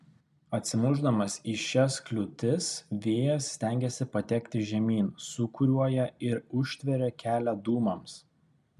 atsimušdamas į šias kliūtis vėjas stengiasi patekti žemyn sūkuriuoja ir užtveria kelią dūmams